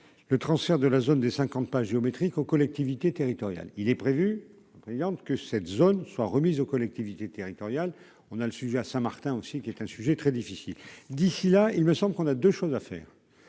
le transfert de la zone des cinquante pas géométriques aux collectivités territoriales, il est prévu, brillante que cette zone soit remise aux collectivités territoriales, on a le sujet à Saint-Martin aussi qui est un sujet très difficile d'ici là, il me semble qu'on a de choses à faire,